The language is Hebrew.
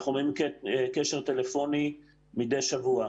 אנחנו יוצרים קשר טלפוני מדי שבוע.